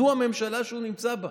זאת הממשלה שהוא נמצא בה.